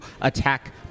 attack